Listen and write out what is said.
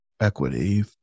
equity